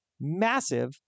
massive